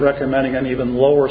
recommending an even lower